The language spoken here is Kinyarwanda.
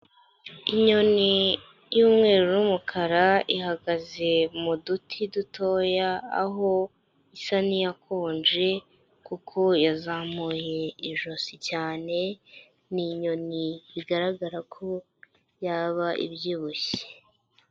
Inyoni y'umweru n'umukara, ihagaze mu duti dutoya aho isa n'iyakonje kuko yazamuye ijosi cyane, ni inyoni bigaragara ko yaba ibyibushye.